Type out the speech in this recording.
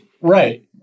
Right